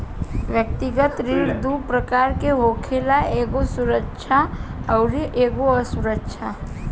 व्यक्तिगत ऋण दू प्रकार के होखेला एगो सुरक्षित अउरी असुरक्षित